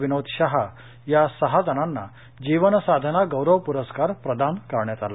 विनोद शहा या सहा जणांना जीवनसाधना गौरव प्रस्कार प्रदान करण्यात आला